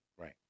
Right